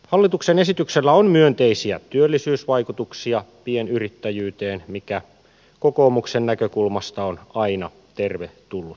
hallituksen esityksellä on myönteisiä työllisyysvaikutuksia pienyrittäjyyteen mikä kokoomuksen näkökulmasta on aina tervetullut asia